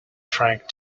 frank